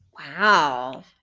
Wow